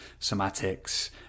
somatics